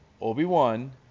Obi-Wan